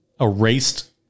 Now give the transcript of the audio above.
Erased